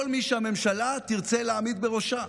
כל מי שהממשלה תרצה להעמיד בראשה.